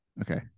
Okay